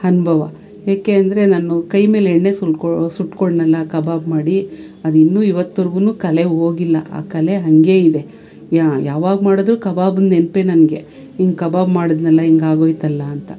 ಅನ್ಭವ ಏಕೆ ಅಂದರೆ ನಾನು ಕೈಮೇಲೆ ಎಣ್ಣೆ ಸುಲ್ಕೋ ಸುಟ್ಕೊಂಡ್ನಲ್ಲ ಕಬಾಬ್ ಮಾಡಿ ಅದಿನ್ನೂ ಇವತ್ವರ್ಗು ಕಲೆ ಹೋಗಿಲ್ಲ ಆ ಕಲೆ ಹಂಗೇ ಇವೆ ಯಾವಾಗ ಮಾಡಿದ್ರು ಕಬಾಬ್ ನೆನಪೆ ನನಗೆ ಹಿಂಗ್ ಕಬಾಬ್ ಮಾಡಿದ್ನಲ್ಲ ಹಿಂಗಾಗೋಯ್ತಲ್ಲ ಅಂತ